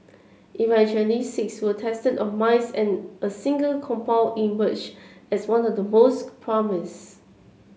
eventually six were tested on mice and a single compound emerged as one with the most promise